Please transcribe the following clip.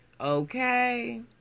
Okay